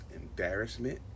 embarrassment